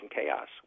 Chaos